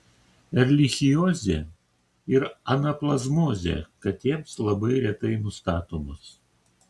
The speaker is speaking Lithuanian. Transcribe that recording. erlichiozė ir anaplazmozė katėms labai retai nustatomos